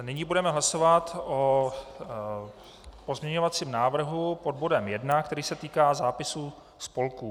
Nyní budeme hlasovat o pozměňovacím návrhu pod bodem 1, který se týká zápisu spolků.